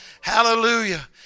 Hallelujah